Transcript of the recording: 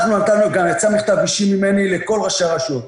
יצא גם מכתב אישי ממני לכל ראשי הרשויות.